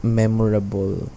memorable